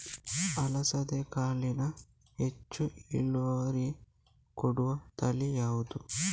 ಅಲಸಂದೆ ಕಾಳಿನಲ್ಲಿ ಹೆಚ್ಚು ಇಳುವರಿ ಕೊಡುವ ತಳಿ ಯಾವುದು?